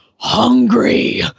Hungry